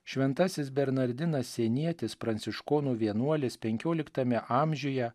šventasis bernardinas sienietis pranciškonų vienuolis penkioliktame amžiuje